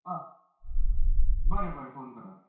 बरें बरें फोन करात